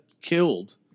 killed